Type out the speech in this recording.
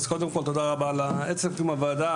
קודם כל תודה רבה על עצם קיום הוועדה,